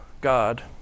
God